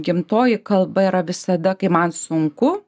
gimtoji kalba yra visada kai man sunku